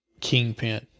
Kingpin